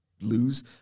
lose